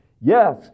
Yes